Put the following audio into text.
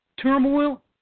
turmoil